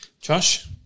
Josh